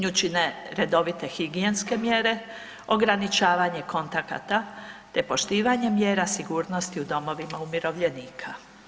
Nju čine redovite higijenske mjere, ograničavanje kontakata te poštivanje mjera sigurnosti u domovima umirovljenika.